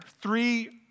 three